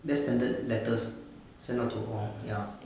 that's standard letters send out to all ya